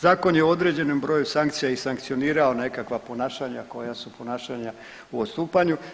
Zakon je u određenom broju sankcija i sankcionirao nekakva ponašanja koja su ponašanja u odstupanju.